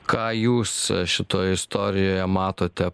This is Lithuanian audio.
ką jūs šitoj istorijoje matote